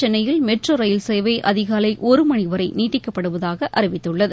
சென்னையில் metro rail சேவை அதிகாலை ஒரு மணி வரை நீட்டிக்கப்படுவதாக அறிவித்துள்ளது